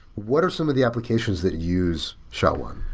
what are some of the applications that use sha one?